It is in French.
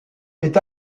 est